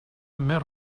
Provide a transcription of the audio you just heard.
més